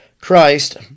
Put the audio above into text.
Christ